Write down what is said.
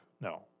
no